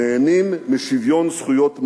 נהנים משוויון זכויות מלא.